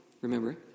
remember